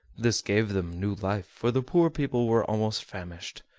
this gave them new life, for the poor people were almost famished.